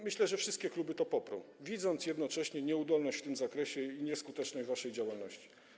Myślę, że wszystkie kluby to poprą, widząc jednocześnie waszą nieudolność w tym zakresie i nieskuteczność waszych działań.